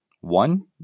one